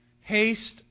Haste